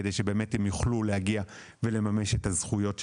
כדי שהם יוכלו להגיע ולממש את הזכויות שלהם.